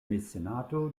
mecenato